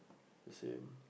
same